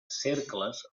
cercles